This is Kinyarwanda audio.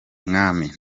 mwami